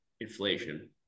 inflation